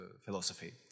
philosophy